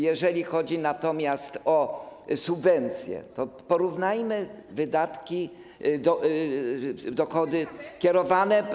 Jeżeli chodzi natomiast o subwencję, to porównajmy dochody kierowane.